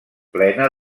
plena